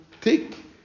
take